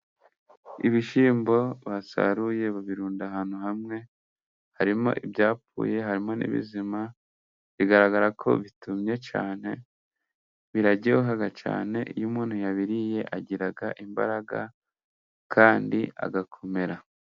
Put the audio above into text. Ibishyimbo basaruye babirunda ahantu hamwe. Harimo ibyapfuye harimo n'ibizima, bigaragara ko bitumye cyane. Biraryoha cyane, iyo umuntu yabiye agira imbaraga kandi agakomera.